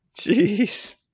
Jeez